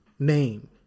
Name